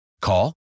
Call